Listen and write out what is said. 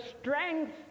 strength